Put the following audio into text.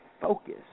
focus